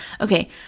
Okay